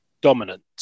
dominant